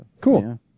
cool